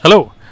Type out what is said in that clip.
Hello